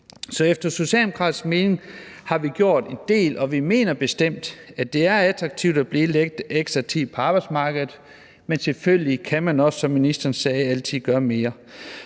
efter Socialdemokratiets mening har vi gjort en del, og vi mener bestemt, at det er attraktivt at blive lidt ekstra tid på arbejdsmarkedet. Men selvfølgelig kan man også, som ministeren sagde, altid gøre mere.